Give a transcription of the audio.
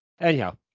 Anyhow